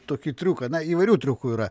tokį triuką na įvairių triukų yra